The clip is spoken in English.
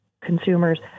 consumers